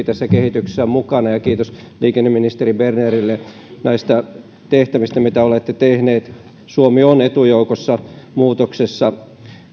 tässä kehityksessä mukana ja kiitos liikenneministeri bernerille näistä tehtävistä mitä olette tehneet suomi on etujoukossa muutoksessa